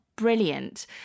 brilliant